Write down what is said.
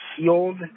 healed